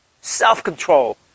self-control